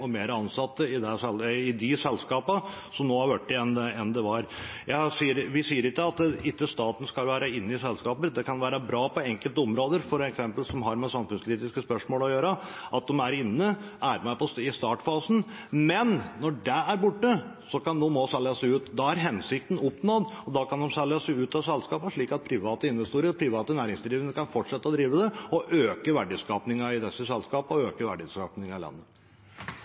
og flere ansatte i de selskapene enn det nå har blitt. Vi sier ikke at staten ikke skal være inne i selskap, det kan være bra på enkelte områder, f.eks. områder som har med samfunnskritiske spørsmål gjøre – at de er inne og er med i startfasen. Men når det er over, kan de også selge seg ut. Da er hensikten oppnådd, da kan de selge seg ut av selskapene slik at private investorer og private næringsdrivende kan fortsette og drive og øke verdiskapingen i selskapene og i landet.